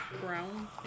brown